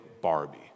barbie